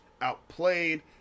out-played